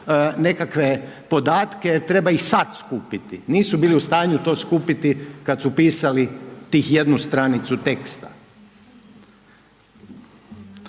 nekakve podatke, treba ih sad skupiti, nisu bili u stanju to skupiti kad su pisali tih jednu stranicu teksta.